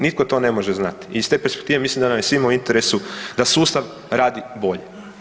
Nitko to ne može znati i iz te perspektive mislim da nam je svima u interesu da sustav radi bolje.